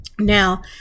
Now